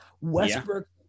Westbrook